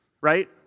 right